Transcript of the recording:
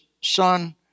son